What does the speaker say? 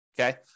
okay